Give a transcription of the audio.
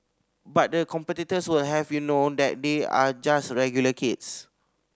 but the competitors will have you know that they are just regular kids